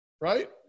Right